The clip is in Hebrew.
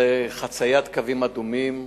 זה חציית קווים אדומים,